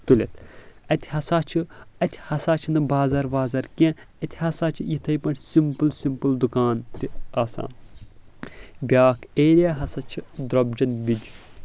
تُلِتھ اتہِ ہسا چھ اَتہِ ہسا چھنہٕ بازر وازر کیٚنٛہہ اَتہِ ہسا چھ یِتھے پأٹھۍ سِمپل سِمپل دُکان تہِ آسان بیٛاکھ ایریا ہسا چھ درۄبجن بِج